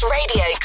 Radio